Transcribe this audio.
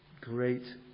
great